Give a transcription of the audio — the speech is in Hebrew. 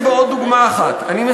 אני מסיים בעוד דוגמה אחת.